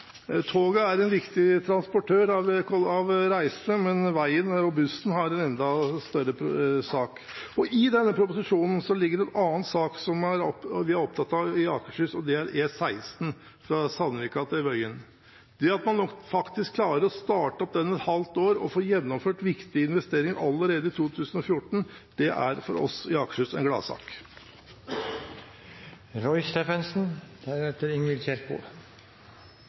Toget er en viktig transportør av reisende, men veien og bussen spiller en enda større rolle. I denne proposisjonen ligger den en annen sak som vi er opptatt av i Akershus. Det er E16 fra Sandvika til Vøyen. Det at man faktisk klarer å starte opp den om et halvt år og får gjennomført viktige investeringer allerede i 2014, er en gladsak for oss i Akershus.